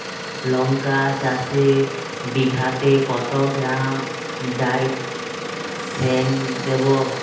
লঙ্কা চাষে বিঘাতে কত গ্রাম ডাইথেন দেবো?